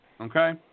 Okay